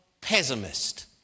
pessimist